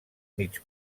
mig